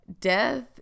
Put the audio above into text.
death